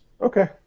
okay